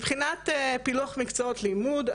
מבחינת פילוח מקצועות לימוד,